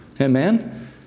Amen